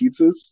pizzas